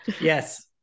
Yes